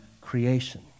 creation